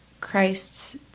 Christ's